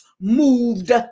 moved